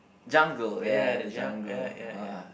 jungle ya the jungle !wah!